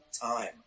time